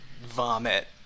vomit